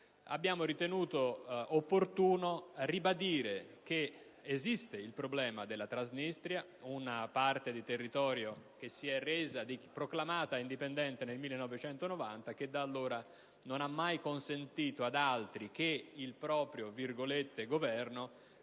abbiamo ritenuto opportuno ribadire che esiste il problema della Transnistria, una parte del territorio che si è proclamata indipendente nel 1990 e che da allora non ha mai consentito ad altri che al proprio "Governo"